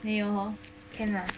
then your can lah